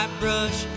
brush